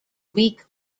week